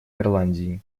ирландии